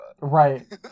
Right